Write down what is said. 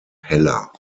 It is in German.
heller